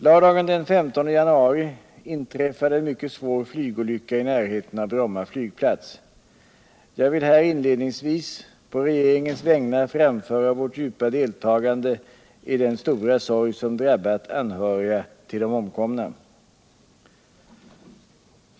Lördagen den 15 januari inträffade en mycket svår flygolycka i närheten av Bromma flygplats. Jag vill här inledningsvis på regeringens vägnar framföra vårt djupa deltagande i den stora sorg som drabbat anhöriga till de omkomna.